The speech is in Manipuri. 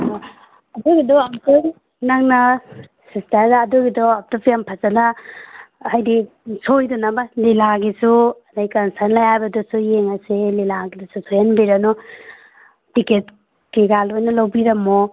ꯑꯗꯨꯒꯤꯗꯣ ꯑꯃꯨꯛꯇ ꯅꯪꯅ ꯁꯤꯁꯇꯔꯅ ꯑꯗꯨꯒꯤꯗꯣ ꯑꯃꯨꯛꯇ ꯐꯖꯅ ꯍꯥꯏꯕꯗꯤ ꯁꯣꯏꯗꯅꯕ ꯂꯤꯂꯥꯒꯤꯁꯨ ꯑꯗꯒꯤ ꯀꯟꯁꯔꯠ ꯂꯩ ꯍꯥꯏꯕꯗꯨꯁꯨ ꯌꯦꯡꯉꯁꯦ ꯂꯤꯂꯥꯒꯤꯗꯨꯁꯨ ꯁꯣꯏꯍꯟꯕꯤꯔꯅꯨ ꯇꯤꯀꯦꯠ ꯀꯔꯤ ꯀꯔꯤ ꯂꯣꯏꯅ ꯂꯧꯕꯤꯔꯝꯃꯣ